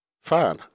Fine